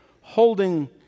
holding